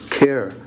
care